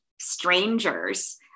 strangers